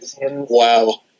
Wow